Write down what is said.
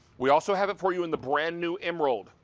we also have it for you in the brand-new emerald,